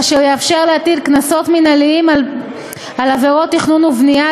אשר יאפשר להטיל קנסות מינהליים על עבירות תכנון ובנייה,